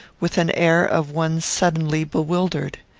with an air of one suddenly bewildered.